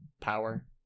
power